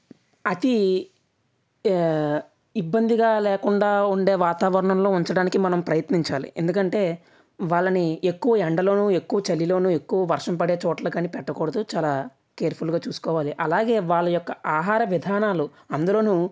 అతి ఇబ్బందిగా లేకుండా ఉండే వాతావరణంలో ఉంచడానికి మనం ప్రయత్నించాలి ఎందుకంటే వాళ్ళని ఎక్కువ ఎండలోను ఎక్కువ చలిలోనూ ఎక్కువ వర్షం పడే చోట్లగాని పెట్టకూడదు చాలా కేర్ఫుల్గా చూసుకోవాలి అలాగే వాళ్ల యొక్క ఆహార విధానాలు అందులోనూ